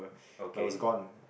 okay